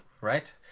right